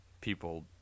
people